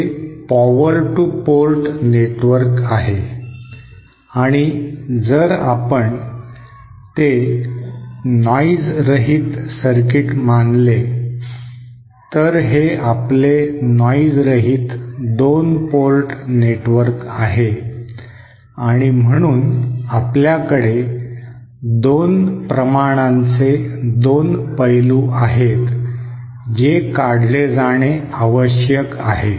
हे power two port network आहे आणि जर आपण ते नॉइज रहित सर्किट मानले तर हे आपले नॉइज रहित दोन पोर्ट नेटवर्क आहे आणि म्हणून आपल्याकडे दोन प्रमाणांचे दोन पैलू आहेत जे काढले जाणे आवश्यक आहे